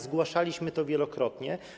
Zgłaszaliśmy to wielokrotnie.